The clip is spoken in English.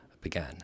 began